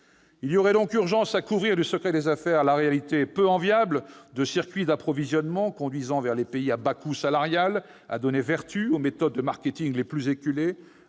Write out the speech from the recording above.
Il y aurait donc urgence à couvrir du secret des affaires la réalité peu enviable de circuits d'approvisionnement conduisant vers les pays à bas coût salarial, à donner vertu aux méthodes de marketing les plus éculées,